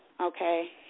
Okay